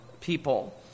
people